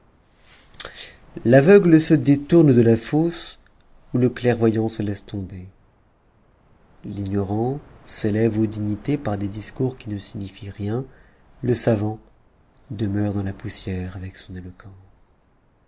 l'aveugle se détourne de la fosse où le clairvoyant se laisse tomber ignorant s'élève aux dignités par des discours qui ne signifient rien le vant demeure dans la poussière avec son éloquence